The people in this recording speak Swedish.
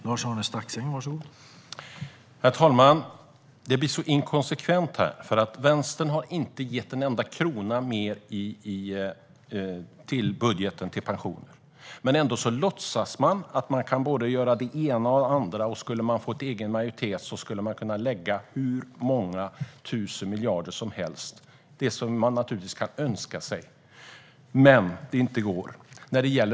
Herr talman! Det blir så inkonsekvent här, därför att Vänsterpartiet inte har gett en enda krona mer i budgeten till pensioner. Ändå låtsas man att man kan göra både det ena och det andra, och skulle man få egen majoritet skulle man kunna lägga hur många tusen miljarder som helst - något som man naturligtvis kan önska sig men som inte går.